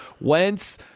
Wentz